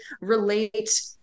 relate